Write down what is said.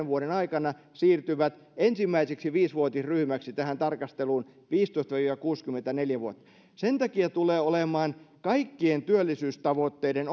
vuoden aikana siirtyy ensimmäiseksi viisivuotisryhmäksi tässä tarkastelussa viisitoista viiva kuusikymmentäneljä vuotiaista sen takia tulee olemaan kaikkien työllisyystavoitteiden